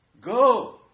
Go